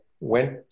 went